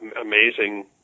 amazing